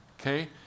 Okay